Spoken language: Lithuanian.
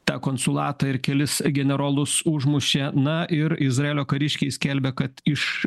tą konsulatą ir kelis generolus užmušė na ir izraelio kariškiai skelbia kad iš